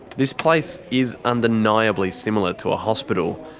this place is undeniably similar to a hospital,